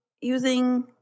using